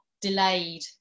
delayed